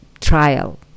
trial